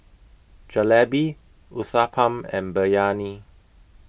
Jalebi Uthapam and Biryani